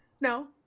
No